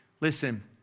listen